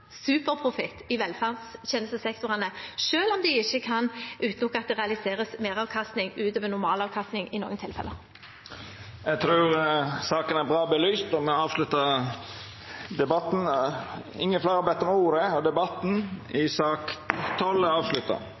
superprofitt i velferdstjenestesektorene, selv om de ikke kan utelukke at det realiseres meravkastning utover normalavkastning i noen tilfeller. Presidenten trur at saka er godt belyst, og at me avsluttar debatten. Replikkordskiftet er avslutta. Fleire har ikkje bedt om ordet